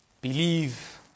Believe